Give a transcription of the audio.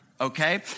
okay